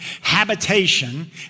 habitation